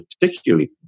particularly